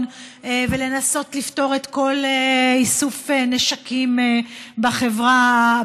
ולנסות לפתור את כל איסוף הנשקים בחברה,